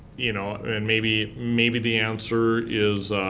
you know, and maybe maybe the answer is